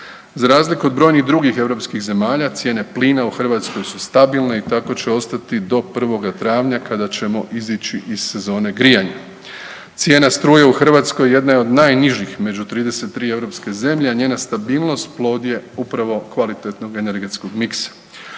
Za razliku od brojnih drugih europskih zemalja, cijene plina u Hrvatskoj su stabilne i tako će ostati do 1. travnja kada ćemo izići iz zone grijanja. Cijena struje u Hrvatskoj jedna je od najnižih među 33 europske zemlje, njena stabilnost plod je upravo kvalitetnog energetskog miksa.